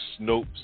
Snopes